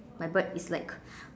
my bird is like